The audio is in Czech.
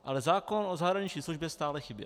Ale zákon o zahraniční službě stále chyběl.